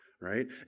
right